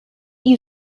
you